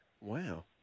Wow